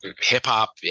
hip-hop